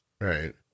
Right